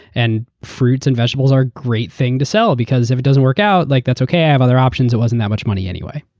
and fruits and vegetables are great to sell because if it doesn't work out, like that's okay. i have other options. it wasn't that much money anyway.